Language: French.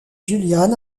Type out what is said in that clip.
julian